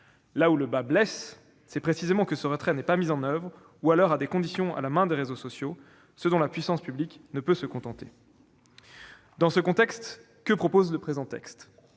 Là où le bât blesse, c'est que ce retrait n'est pas mis en oeuvre, ou alors à des conditions à la main des réseaux sociaux, ce dont la puissance publique ne peut se satisfaire. Dans ce contexte, que prévoit la proposition